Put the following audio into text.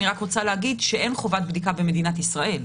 אני רק רוצה להגיד שאין חובת בדיקה במדינת ישראל,